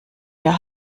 wir